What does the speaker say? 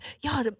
Y'all